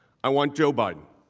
i want joe biden.